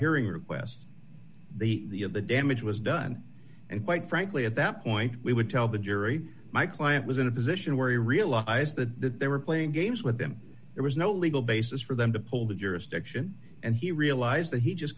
hearing request the the damage was done and quite frankly at that point we would tell the jury my client was in a position where he realized that they were playing games with them there was no legal basis for them to pull the jurisdiction and he realized that he just